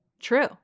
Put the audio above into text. True